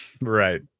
right